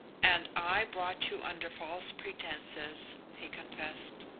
and i brought you under false pretences, he confessed.